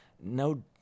no